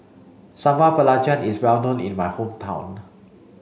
Sambal Belacan is well known in my hometown